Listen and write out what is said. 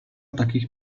takich